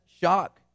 shock